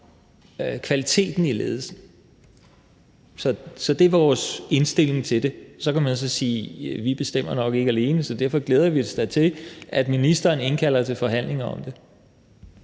kvaliteten i ledelsen. Det er vores indstilling til det. Så kan man sige, at vi nok ikke bestemmer det alene, og derfor glæder vi os da til, at ministeren indkalder til forhandlinger om det.